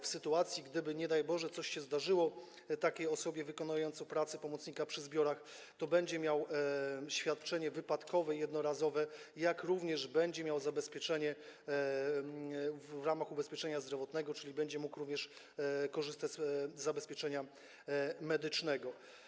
W sytuacji gdyby, nie daj Boże, coś się zdarzyło takiej osobie wykonującej pracę pomocnika przy zbiorach, to otrzyma ona jednorazowe świadczenie wypadkowe, jak również będzie miała zabezpieczenie w ramach ubezpieczenia zdrowotnego, czyli będzie mógł również korzystać z zabezpieczenia medycznego.